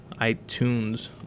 iTunes